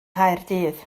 nghaerdydd